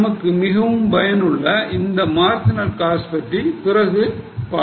நமக்கு மிகவும் பயனுள்ள இந்த marginal costing பற்றி பிறகு பார்ப்போம்